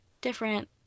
different